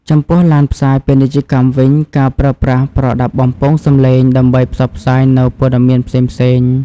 ចំពោះឡានផ្សាយពាណិជ្ជកម្មវិញ បានប្រើប្រាស់ប្រដាប់បំពងសំឡេងដើម្បីផ្សព្វផ្សាយនូវព័ត៌មានផ្សេងៗ។